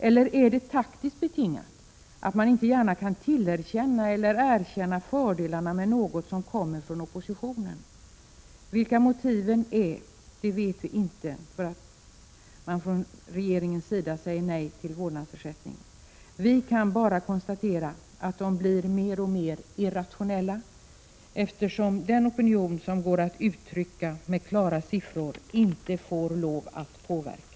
Eller är det taktiskt betingat: att man inte gärna kan erkänna fördelarna med något som kommer från oppositionen? Vilka motiv regeringen har när den säger nej till vårdnadsersättning vet vi inte. Vi kan bara konstatera att de blir mer och mer irrationella, eftersom den opinion som går att uttrycka med klara siffror inte får lov att påverka.